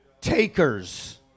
takers